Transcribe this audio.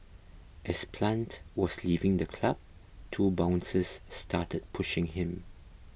as Plant was leaving the club two bouncers started pushing him